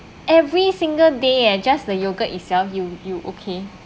every single day eh just the yogurt itself you you okay